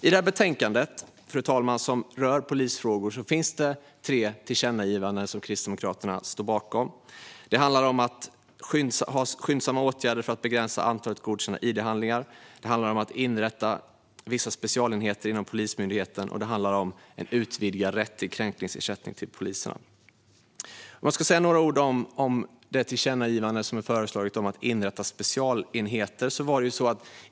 I detta betänkande, fru talman, som rör polisfrågor finns det tre tillkännagivanden som Kristdemokraterna står bakom. Det handlar om skyndsamma åtgärder för att begränsa antalet godkända id-handlingar. Det handlar om att inrätta vissa specialenheter inom Polismyndigheten, och det handlar om en utvidgad rätt till kränkningsersättning till poliser. Jag ska säga några ord om det tillkännagivande som är föreslaget om att inrätta specialenheter.